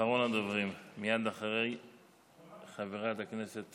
אחרון הדוברים, מייד אחרי חברת הכנסת